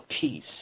peace